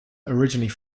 originally